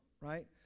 right